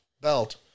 belt